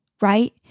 right